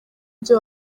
ibyo